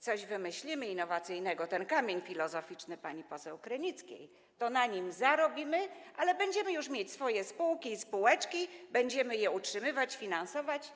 coś wymyślimy innowacyjnego, ten kamień filozoficzny pani poseł Krynickiej, to na tym zarobimy, ale będziemy już mieć swoje spółki i spółeczki, będziemy je utrzymywać, finansować.